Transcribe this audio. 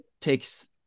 takes